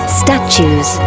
statues